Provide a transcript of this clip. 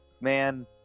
man